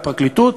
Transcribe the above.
והפרקליטות,